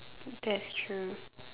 that's true